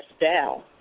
down